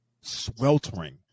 sweltering